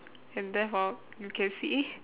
and therefore you can see eh